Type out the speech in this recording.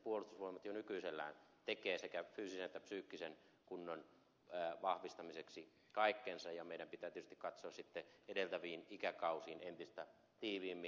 mielestäni puolustusvoimat jo nykyisellään tekee sekä fyysisen että psyykkisen kunnon vahvistamiseksi kaikkensa ja meidän pitää tietysti katsoa sitten edeltäviin ikäkausiin entistä tiiviimmin